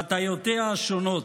בהטיותיה השונות.